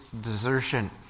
desertion